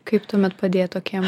kaip tuomet padėt tokiem